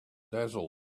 dazzled